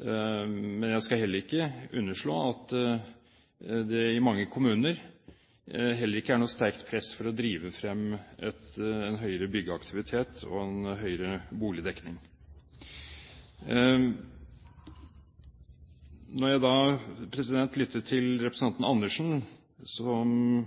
men jeg skal ikke underslå at det i mange kommuner heller ikke er noe sterkt press for å drive frem en høyere byggeaktivitet og en høyere boligdekning. Da jeg lyttet til representanten Karin Andersen